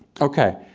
okay.